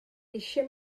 eisiau